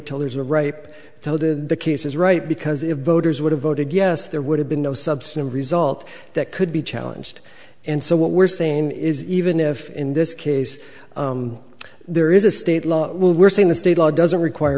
till there's a ripe so did the cases right because if voters would have voted yes there would have been no subsume result that could be challenged and so what we're saying is even if in this case there is a state law we're saying the state law doesn't require